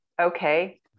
Okay